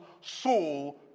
Saul